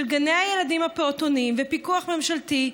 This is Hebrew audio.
גני הילדים והפעוטונים ופיקוח ממשלתי.